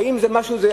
האם זה מה שיעזור?